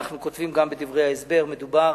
אנחנו אומרים גם בדברי ההסבר, מדובר